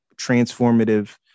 Transformative